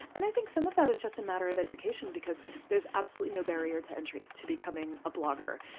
and i think some of that is just a matter of education because there's absolutely no barrier to entry to becoming a blogger.